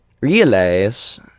realize